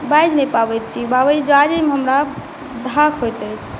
बाजि नहि पाबै छी बाजैमे हमरा धाख होइत अछि